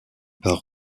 par